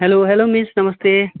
hello hello miss नमस्ते